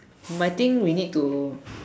but I think we need to